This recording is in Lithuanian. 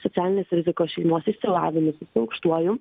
socialinės rizikos šeimos išsilavinusi su aukštuoju